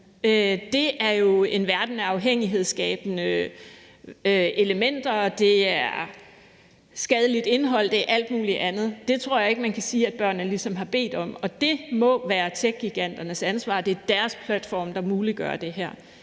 er jo en verden af afhængighedsskabende elementer, det er skadeligt indhold, det er alt muligt andet. Det tror jeg ikke man kan sige at børnene ligesom har bedt om. Det må være techgiganters ansvar. Det er deres platform, der muliggør det her.